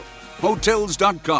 Hotels.com